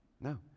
No